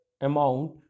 amount